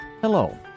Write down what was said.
Hello